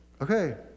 okay